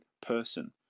person